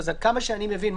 עד כמה שאני מבין,